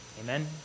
Amen